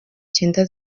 cyenda